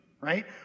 right